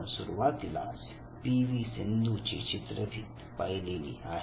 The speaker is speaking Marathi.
आपण सुरुवातीलाच पी व्ही सिंधू ची चित्रफित बघितलेली आहे